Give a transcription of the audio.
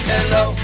Hello